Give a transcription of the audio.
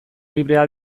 librea